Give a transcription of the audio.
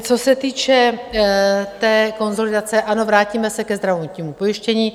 Co se týče té konsolidace ano, vrátíme se ke zdravotnímu pojištění.